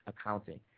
accounting